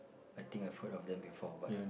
I think I have heard of them before but